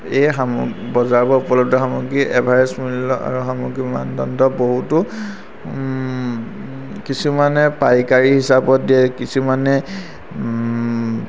এই বজাৰবোৰত উপলব্ধ সামগ্ৰী এভাৰেজ মূল্য আৰু সামগ্ৰী মানদণ্ড বহুতো কিছুমানে পাইকাৰী হিচাপত দিয়ে কিছুমানে